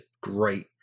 great